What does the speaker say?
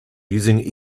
using